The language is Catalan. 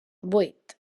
vuit